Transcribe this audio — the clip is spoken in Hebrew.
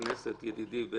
רגע, חבר הכנסת בני, ידידי.